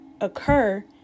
occur